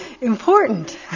important